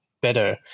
better